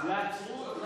יעצרו אותן.